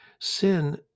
Sin